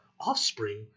offspring